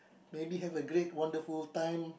maybe have a great wonderful time